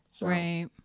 Right